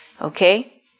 Okay